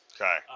okay